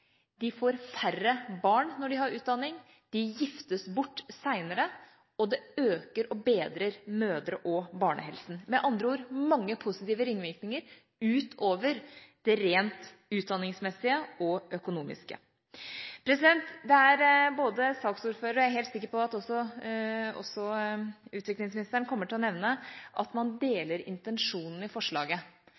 øker og bedrer mødre- og barnehelse – med andre ord mange positive ringvirkninger utover det rent utdanningsmessige og økonomiske. Saksordføreren nevnte, og jeg er helt sikker på at også utviklingsministeren kommer til å nevne, at man deler intensjonen i forslaget.